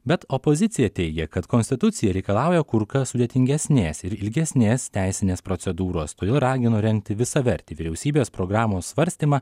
bet opozicija teigia kad konstitucija reikalauja kur kas sudėtingesnės ir ilgesnės teisinės procedūros todėl ragino rengti visavertį vyriausybės programos svarstymą